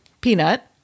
peanut